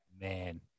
Man